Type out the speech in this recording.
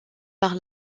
par